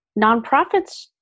nonprofits